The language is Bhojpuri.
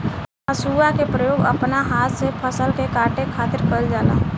हसुआ के प्रयोग अपना हाथ से फसल के काटे खातिर कईल जाला